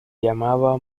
llamaba